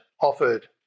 offered